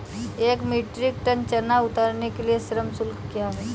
एक metric ton चना उतारने के लिए श्रम शुल्क क्या है?